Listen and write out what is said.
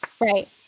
Right